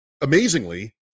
amazingly